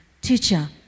Teacher